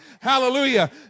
Hallelujah